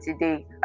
today